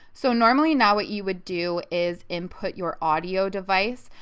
so normally now what you would do is input your audio device.